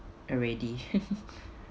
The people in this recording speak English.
already